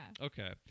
Okay